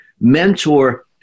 mentor